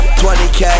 20k